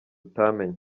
utamenye